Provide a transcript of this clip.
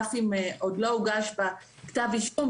אף אם עוד לא הוגש בה כתב אישום,